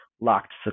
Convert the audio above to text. locked